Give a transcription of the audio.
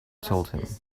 told